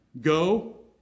Go